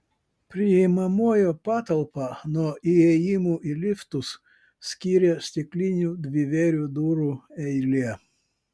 priimamojo patalpą nuo įėjimų į liftus skyrė stiklinių dvivėrių durų eilė